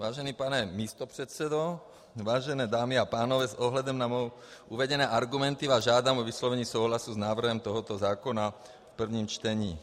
Vážený pane místopředsedo, vážené dámy a pánové, s ohledem na mnou uvedené argumenty vás žádám o vyslovení souhlasu s návrhem tohoto zákona v prvním čtení.